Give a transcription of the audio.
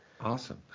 awesome